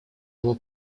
его